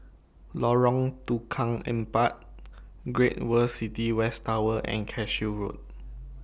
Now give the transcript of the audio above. Lorong Tukang Empat Great World City West Tower and Cashew Road